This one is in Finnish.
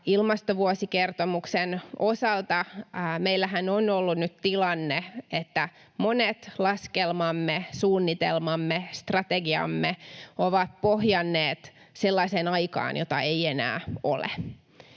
Ilmastovuosikertomuksen osaltahan meillä on ollut nyt tilanne, että monet laskelmamme, suunnitelmamme, strategiamme ovat pohjanneet sellaiseen aikaan, jota ei enää ole.